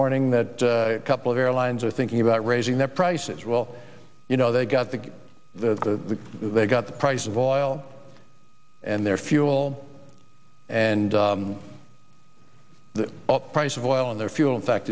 morning that couple of airlines are thinking about raising their prices well you know they've got to get the they've got the price of oil and their fuel and the price of oil on their fuel in fact